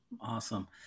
Awesome